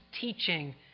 teaching